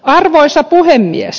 arvoisa puhemies